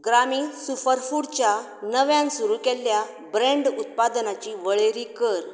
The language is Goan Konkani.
ग्रामी सुपरफूडच्या नव्यान सुरू केल्ल्या ब्रँड उत्पादनांची वळेरी कर